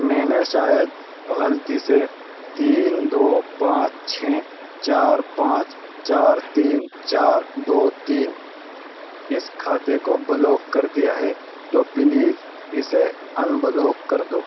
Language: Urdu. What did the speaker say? میں نے شاید غلطی سے تین دو پانچ چھ چار پانچ چار تین چار دو تین اس کھاتے کو بلاک کر دیا ہے تو پلیز اسے ان بلاک کر دو